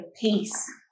peace